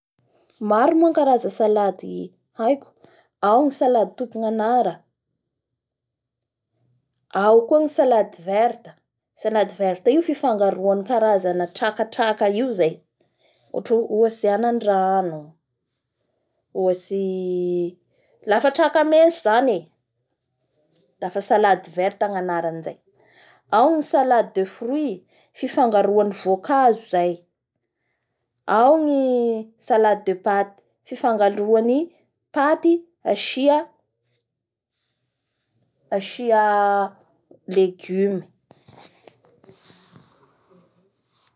Maro moa ny karza sady haiko tompon'ananara salade verte fifangaraoan'ny karana traktrka io zay, ohatsy anandrano, lafa traka mentso zany e, dafa salade verte ny anaran'izay, ao ny salade de fruit, fifangaroan'ny voankazo zay, ao ny saade de pate, fifangaroan'ny paty asia -asia legume;